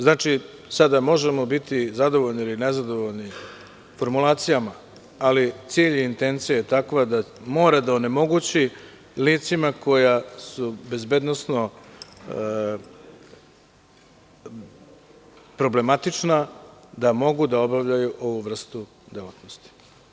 Znači, sada možemo biti zadovoljni ili nezadovoljni formulacijama, ali cilj intencije je takav da mora da onemogući licima koja su bezbednosno problematična da mogu da obavljaju ovu vrstu delatnosti.